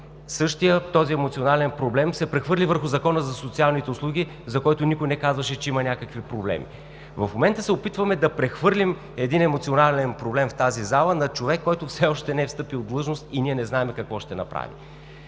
същият този емоционален проблем се прехвърли върху Закона за социалните услуги, за който никой не казваше, че има някакви проблеми. В момента се опитваме да прехвърлим един емоционален проблем в тази зала на човек, който все още не е встъпил в длъжност и ние не знаем какво ще направи.